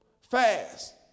fast